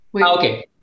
Okay